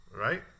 Right